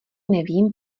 nevím